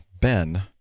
ben